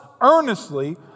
earnestly